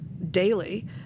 daily